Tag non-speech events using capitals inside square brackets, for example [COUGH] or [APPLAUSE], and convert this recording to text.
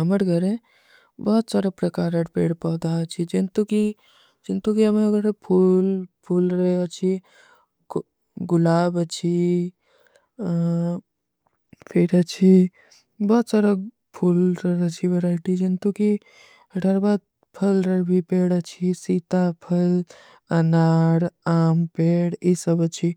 ଅମର ଘରେ ବହୁତ ଚାରା ପ୍ରକାରାର ପେଡ ପାଧା ଅଚ୍ଛୀ ଜନ୍ତୁକି, ଜନ୍ତୁକି ଅମେର ଘରେ ଫୂଲ, ଫୂଲ ରହେ ଅଚ୍ଛୀ [HESITATION] ଗୁଲାବ ଅଚ୍ଛୀ, ପେଡ ଅଚ୍ଛୀ [HESITATION] ବହୁତ ଚାରା ଫୂଲ ରହେ ଅଚ୍ଛୀ ବରାଇଟୀ। ଜନ୍ତୁକି ଘରେ ଫୂଲ ରହେ ପେଡ ଅଚ୍ଛୀ ସୀତା ଫୂଲ, ଅନାର, ଆମ, ପେଡ ଯହ ସବ ଅଚ୍ଛୀ